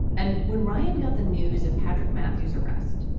and when ryan got the news of patrick matthews arrest,